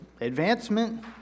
Advancement